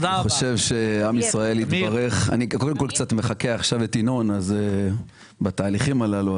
אני מחקה את ינון בתהליכים הללו.